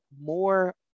more